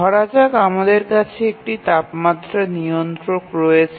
ধরা যাক আমাদের কাছে একটি তাপমাত্রা নিয়ন্ত্রক রয়েছে